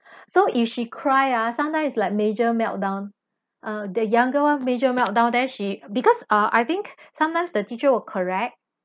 so if she cry ah sometimes is like major meltdown uh the younger one major meltdown then she because ah I think sometimes the teacher will correct